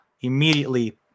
Immediately